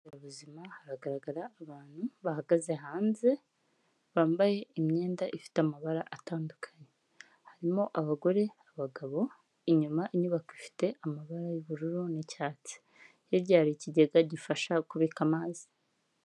Rabuzima haragaragara abantu bahagaze hanze, bambaye imyenda ifite amabara atandukanye, harimo abagore abagabo inyuma inyubako ifite amabara y'ubururu n'icyatsi hirya hari ikigega gifasha kubika amazi.